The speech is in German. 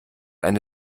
eine